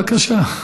בבקשה.